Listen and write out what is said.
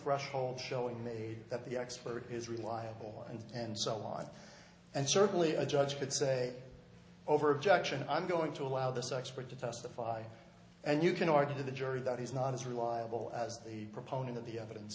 d showing they that the expert is reliable and and so on and certainly a judge would say over objection i'm going to allow this expert to testify and you can argue to the jury that he's not as reliable as the proponent of the evidence